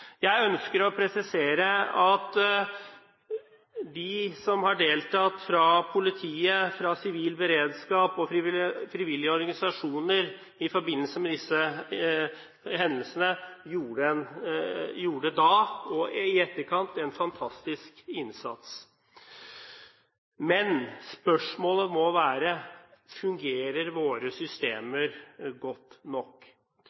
Jeg ønsker å presisere at de som har deltatt fra politiet, fra sivil beredskap og fra frivillige organisasjoner i forbindelse med disse hendelsene, gjorde da og i etterkant en fantastisk innsats. Men spørsmålet må være: Fungerer våre systemer godt nok?